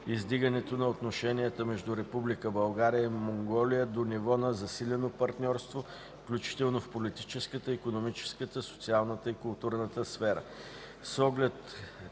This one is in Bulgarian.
издигането на отношенията между Република България и Монголия до ниво на засилено партньорство, включително в политическата, икономическата, социалната и културната сфера. С оглед